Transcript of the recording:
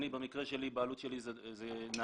במקרה שלי הבעלות שלי זה נעמ"ת.